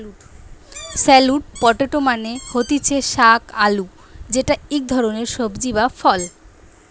sweet potato মানে হতিছে শাক আলু যেটা ইক ধরণের সবজি বা ফল